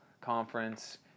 conference